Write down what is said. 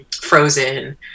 frozen